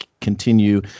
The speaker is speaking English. continue